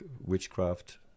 witchcraft